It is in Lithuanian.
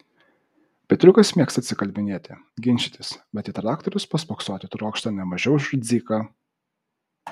petriukas mėgsta atsikalbinėti ginčytis bet į traktorius paspoksoti trokšta ne mažiau už dziką